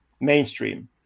mainstream